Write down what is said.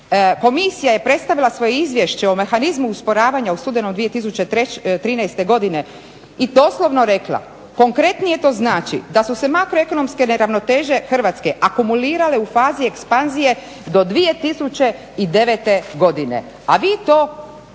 Komisija je predstavila svoje Izvješće o mehanizmu usporavanja u studenom 2013. godine i doslovno rekla, konkretnije to znači da su se makroekonomske neravnoteže Hrvatske akumulirale u fazi ekspanzije do 2009. godine a vi to